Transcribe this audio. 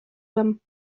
them